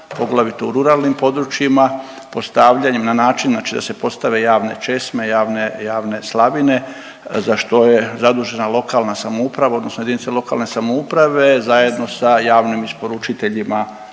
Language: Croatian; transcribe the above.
poglavito u ruralnim područjima, postavljanjem na način, znači da se postave javne česme, javne slavine, za što je zadužena lokalna samouprava, odnosno jedinice lokalne samouprave zajedno sa javnim isporučiteljima